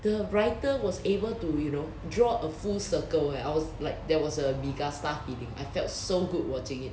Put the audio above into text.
the writer was able to you know draw a full circle eh I was like there was a me gusta feeling I felt so good watching it